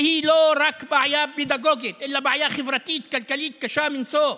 והיא לא רק בעיה פדגוגית אלא בעיה חברתית כלכלית קשה מנשוא.